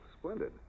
Splendid